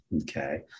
okay